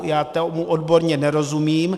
Já tomu odborně nerozumím.